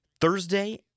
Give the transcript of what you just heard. Thursday